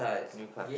new card